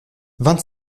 vingt